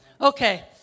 Okay